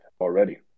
already